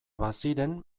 baziren